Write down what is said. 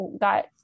got